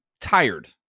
tired